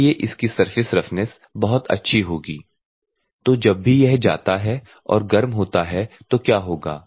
इसलिए इसकी surface roughness बहुत अच्छी होगी तो जब भी यह जाता है और गर्म होता है तो क्या होगा